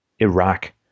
Iraq